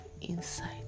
inside